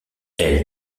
elle